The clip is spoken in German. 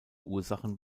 ursachen